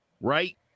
right